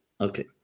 Okay